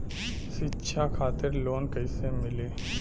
शिक्षा खातिर लोन कैसे मिली?